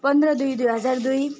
पन्ध्र दुई दुई हजार दुई